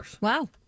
Wow